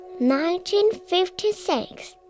1956